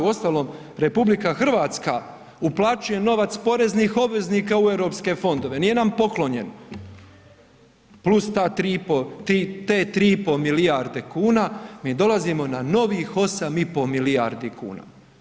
Uostalom RH uplaćuje novac poreznih obveznika u europske fondove, nije nam poklonjen, plus te 3,5 milijarde kuna mi dolazimo na novih 8,5 milijardi kuna.